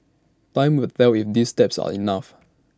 time will tell if these steps are enough